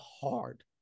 hard